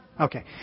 Okay